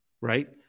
right